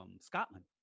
Scotland